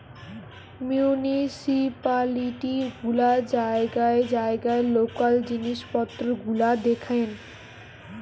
municipality গুলা জায়গায় জায়গায় লোকাল জিনিস পত্র গুলা দেখেন